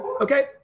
Okay